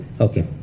Okay